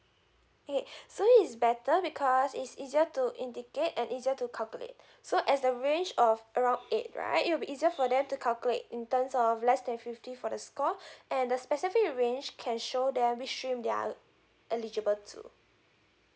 eh so it's better because it's easier to indicate and easier to calculate so as a range of around eight right it will be easier for them to calculate in terms of less than fifty for the score and the specific range can show them which stream they're uh eligible to